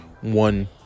one